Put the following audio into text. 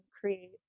create